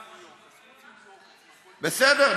בסדר,